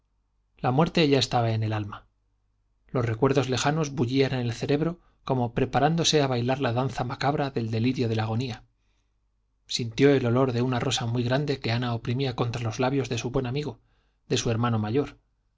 la muerte ya estaba en el alma los recuerdos lejanos bullían en el cerebro como preparándose a bailar la danza macabra del delirio de la agonía sintió el olor de una rosa muy grande que ana oprimía contra los labios de su buen amigo de su hermano mayor